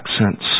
accents